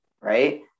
right